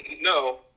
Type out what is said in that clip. No